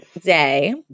day